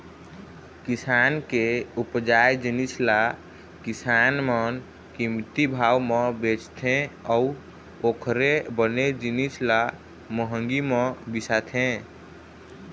किसान के उपजाए जिनिस ल किसान मन कमती भाव म बेचथे अउ ओखरे बने जिनिस ल महंगी म बिसाथे